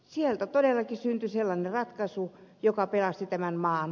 sieltä todellakin syntyi sellainen ratkaisu joka pelasti tämän maan